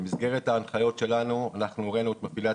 שבפעם שעברה כשהעלינו את הבקשות שהועלו פה עכשיו,